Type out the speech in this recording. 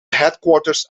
headquarters